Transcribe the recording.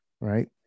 right